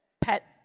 pet